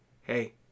hey